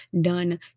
done